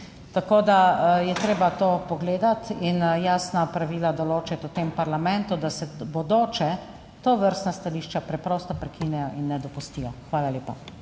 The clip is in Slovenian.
Tako, da je treba to pogledati in jasna pravila določiti v tem parlamentu, da se v bodoče tovrstna stališča preprosto prekinejo in ne dopustijo. Hvala lepa.